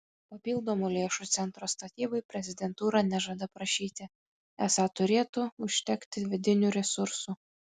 papildomų lėšų centro statybai prezidentūra nežada prašyti esą turėtų užtekti vidinių resursų